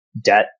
debt